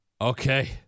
okay